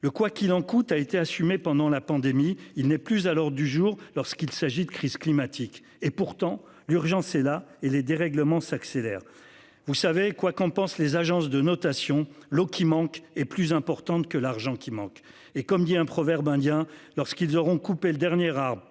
le quoi qu'il en coûte, a été assumée pendant la pandémie. Il n'est plus à l'heure du jour lorsqu'il s'agit de crise climatique et pourtant, l'urgence est là et les dérèglements s'accélère. Vous savez quoi qu'en pensent les agences de notation. L'eau qui manque est plus importante que l'argent qui manque et comme dit un proverbe indien lorsqu'ils auront coupé le dernier arbre